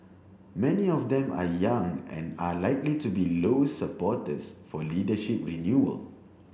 many of them are young and are likely to be Low's supporters for leadership renewal